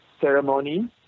ceremony